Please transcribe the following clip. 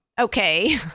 okay